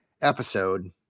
episode